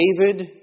David